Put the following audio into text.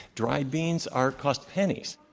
dried beans are cost pennies.